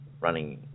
running